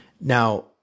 Now